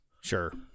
Sure